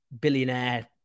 billionaire